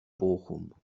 bochum